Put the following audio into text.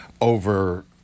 over